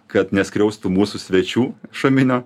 kad neskriaustų mūsų svečių šaminio